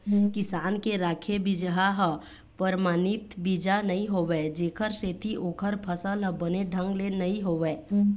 किसान के राखे बिजहा ह परमानित बीजा नइ होवय जेखर सेती ओखर फसल ह बने ढंग ले नइ होवय